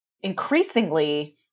Increasingly